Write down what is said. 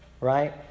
right